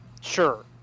Sure